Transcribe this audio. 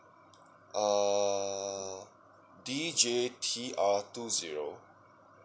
ah D J T R two zero